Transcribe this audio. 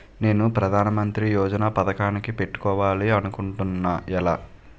నేను ప్రధానమంత్రి యోజన పథకానికి పెట్టుకోవాలి అనుకుంటున్నా ఎలా?